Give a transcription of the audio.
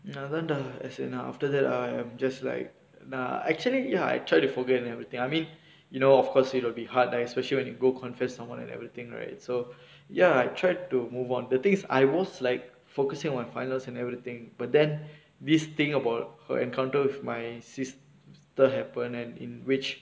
mm அதாண்டா அது சரி நா:athaandaa athu sari naa after that I am just like nah actually ya I try to forget and everything I mean you know of course it will be hard like especially when you go confessed someone and everything right so ya I tried to move on the things I was like focusing on finals and everything but then this thing about her encounter with my sister happen and in which